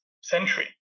century